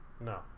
No